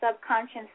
subconscious